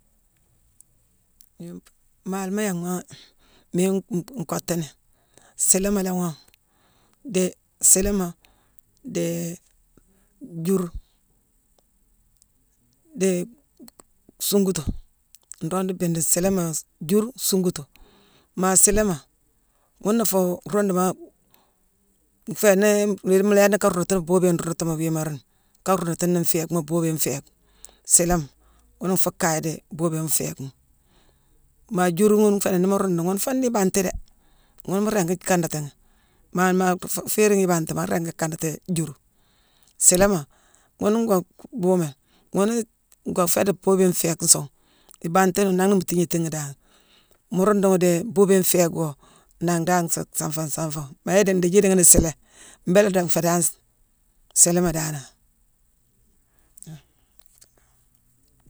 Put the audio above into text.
Yoo maalema yanghma miine nkottuni: siiliimala ghoone, dii siiliima, dii juur, dii suunguto (nroog nruu bindi siilimas), juur (suunguto). Maa siilima ghuna fuu ruunduma nfééni ndééri mu lééni ka ruundutuni boobiyone nruundu wiima ruuni, ka ruundutuni nfééck, boobiyone nfééckma. Siilima ghune nfuu kaye dii boobiyone nfééckma. Maa juur ghune nfééni nii mu ruundu ghi ghune foo dii ibanti dé. ghune mu ringi kandati ghi. Maa- maa ngoo féérine ibantima, maa ringi ka kandati juuru. Siiliima, ghune ngoo buumé. Ghune ngoo féé dii boobiyone nféécke nsuung. Ibanti, nangh na mu tiignéétine ghi dan. Mu ruundu ghi dii boobiyone nfééck woo, nangh dan nféé sanfane sanfane. Maa yick ndiithii idiighi ni siilii, mbéélé dong nféé dan siiliima danane.